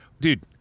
Dude